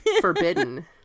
forbidden